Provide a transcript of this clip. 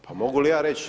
Pa mogu li ja reći?